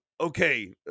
okay